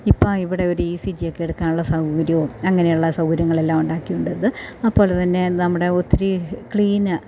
ഇപ്പം ഇവിടെ ഒരു ഈ സി ജിയൊക്കെ എടുക്കാനുള്ള സൗകര്യവും അങ്ങനെയുള്ള സൗകര്യങ്ങളെല്ലാം ഉണ്ടാക്കിയതു കൊണ്ടത് അപ്പോൾ തന്നെ അത് നമ്മുടെ ഒത്തിരി ക്ലീൻ